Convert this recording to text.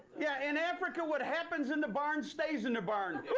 yeah, in africa, what happens in the barn, stays in the barn.